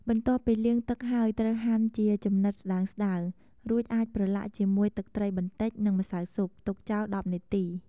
បន្ទាប់ពីលាងទឹកហើយ ត្រូវហាន់ជាចំណិតស្ដើងៗ រួចអាចប្រឡាក់ជាមួយទឹកត្រីបន្តិច និងម្សៅស៊ុប ទុកចោល ១០ នាទី។